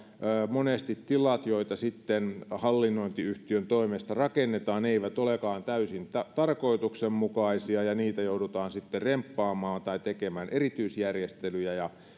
monesti tilat joita sitten hallinnointiyhtiön toimesta rakennetaan eivät olekaan täysin tarkoituksenmukaisia ja niitä joudutaan sitten remppaamaan tai tekemään erityisjärjestelyjä ja